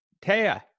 Taya